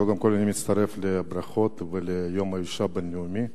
קודם כול אני מצטרף לברכות ליום האשה הבין-לאומי.